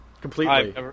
completely